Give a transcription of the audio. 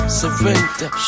surrender